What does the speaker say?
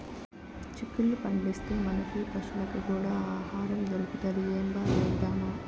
చిక్కుళ్ళు పండిస్తే, మనకీ పశులకీ కూడా ఆహారం దొరుకుతది ఏంబా ఏద్దామా